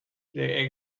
their